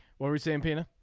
worries champion.